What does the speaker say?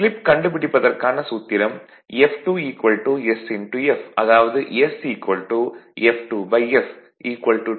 slip கண்டுபிடிப்பதற்கான சூத்திரம் f2 sf அதாவது s f2f 250 0